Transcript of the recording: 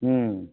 हुँ